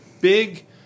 big